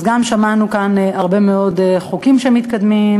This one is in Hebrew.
אז שמענו כאן על הרבה מאוד חוקים שמתקדמים,